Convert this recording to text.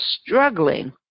struggling